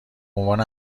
عنوان